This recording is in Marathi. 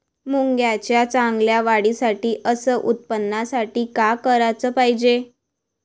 मुंगाच्या चांगल्या वाढीसाठी अस उत्पन्नासाठी का कराच पायजे?